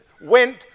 went